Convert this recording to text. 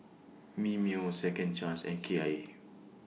Mimeo Second Chance and Kia eight